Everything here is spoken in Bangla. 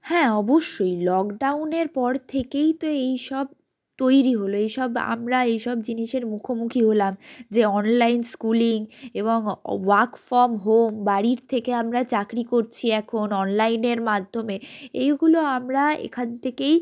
হ্যাঁ অবশ্যই লকডাউনের পর থেকেই তো এইসব তৈরি হলো এইসব আমরা এইসব জিনিসের মুখোমুখি হলাম যে অনলাইন স্কুলিং এবং ওয়ার্ক ফর্ম হোম বাড়ির থেকে আমরা চাকরি করছি এখন অনলাইনের মাধ্যমে এইগুলো আমরা এখান থেকেই